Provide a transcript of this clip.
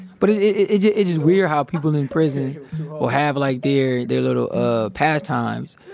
but, it's just weird how people in prison will have like their their little ah pastimes.